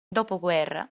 dopoguerra